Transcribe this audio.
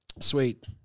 sweet